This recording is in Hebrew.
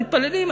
הם מתפללים,